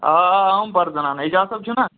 آ آ آوُم پرٛزٕناونہٕ اعجاز صٲب چھُو نَہ